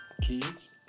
kids